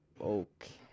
Okay